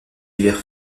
divers